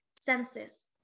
senses